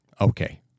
okay